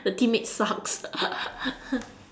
the teammates sucks